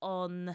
on